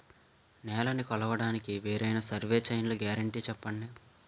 నేలనీ కొలవడానికి వేరైన సర్వే చైన్లు గ్యారంటీ చెప్పండి?